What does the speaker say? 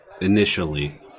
initially